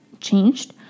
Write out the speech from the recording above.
changed